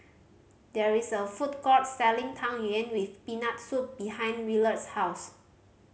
there is a food court selling Tang Yuen with Peanut Soup behind Willard's house